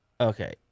Okay